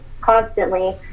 constantly